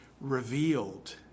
revealed